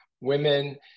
women